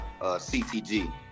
CTG